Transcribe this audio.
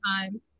time